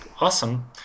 awesome